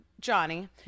Johnny